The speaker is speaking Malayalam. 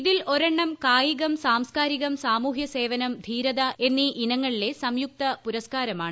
ഇതിൽ ഒരെണ്ണം കായിക സാംസ്കാരികം സാമൂഹ്യ സേവനം ധീരത എന്നീ ഇനങ്ങളിലെ സംയുക്ത പുരസ്കാരമാണ്